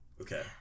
Okay